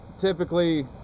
typically